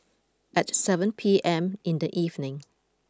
at seven P M in the evening